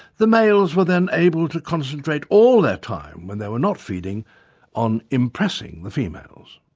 the males were then able to concentrate all their time when they were not feeding on impressing the females.